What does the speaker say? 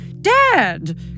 Dad